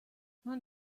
man